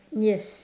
yes